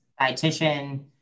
dietitian